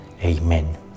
Amen